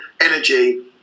energy